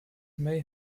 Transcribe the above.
may